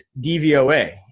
DVOA